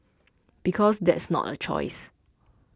because that's not a choice